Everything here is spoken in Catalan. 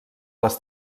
les